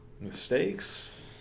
Mistakes